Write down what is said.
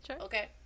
okay